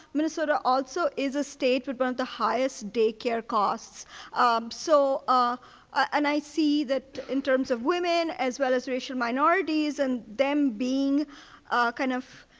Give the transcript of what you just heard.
minnesota also is a state with about the highest daycare costs um so ah and i see that, in terms of women, as well as racial minorities, and them being kind of,